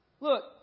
Look